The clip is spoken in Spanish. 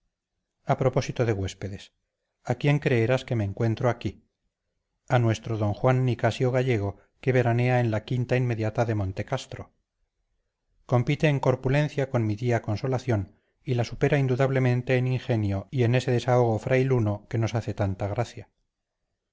a propósito de huéspedes a quién creerás que me encuentro aquí a nuestro d juan nicasio gallego que veranea en la quinta inmediata de montecastro compite en corpulencia con mi tía consolación y la supera indudablemente en ingenio y en ese desahogo frailuno que nos hace tanta gracia